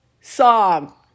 song